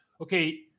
okay